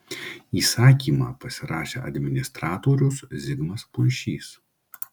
įsakymą pasirašė administratorius zigmas puišys